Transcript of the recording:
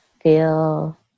feel